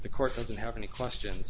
the court doesn't have any questions